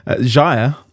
Jaya